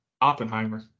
Oppenheimer